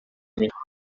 میکنند